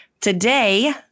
Today